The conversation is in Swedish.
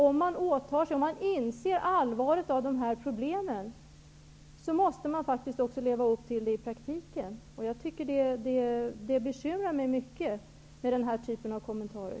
Om man inser allvaret i dessa problem, måste man faktiskt leva upp till dessa åtaganden i praktiken. Jag blir mycket bekymrad av den typen av kommentarer.